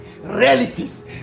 realities